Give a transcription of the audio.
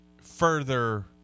further